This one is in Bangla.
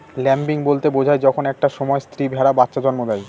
ল্যাম্বিং বলতে বোঝায় যখন একটা সময় স্ত্রী ভেড়া বাচ্চা জন্ম দেয়